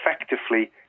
effectively